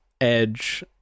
Edge